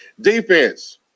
Defense